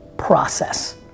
Process